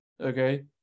okay